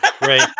right